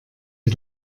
die